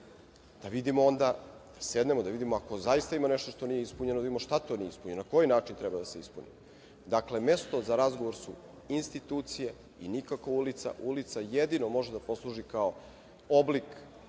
da vidimo onda, da sednemo, da vidimo ako zaista ima nešto što nije ispunjeno, da vidimo šta to nije ispunjeno, na koji način treba da se ispuni. Dakle, mesto za razgovor su institucije i nikako ulica, ulica jedino može da posluži kao oblik